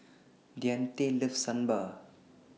Deante loves Sambar